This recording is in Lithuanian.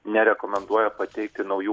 nerekomenduoja pateikti naujų